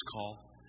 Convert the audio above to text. call